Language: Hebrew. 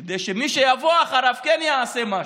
כדי שמי שיבוא אחריו כן יעשה משהו.